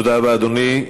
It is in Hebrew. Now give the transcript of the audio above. תודה רבה, אדוני.